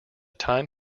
time